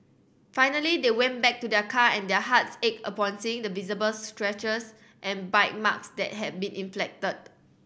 finally they went back to their car and their hearts ached upon seeing the visible scratches and bite marks that had been inflicted